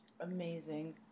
Amazing